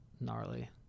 gnarly